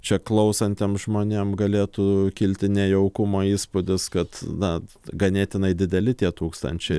čia klausantiem žmonėm galėtų kilti nejaukumo įspūdis kad na ganėtinai dideli tie tūkstančiai